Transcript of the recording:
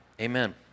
Amen